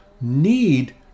need